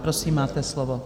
Prosím, máte slovo.